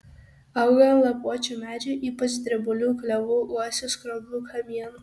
auga ant lapuočių medžių ypač drebulių klevų uosių skroblų kamienų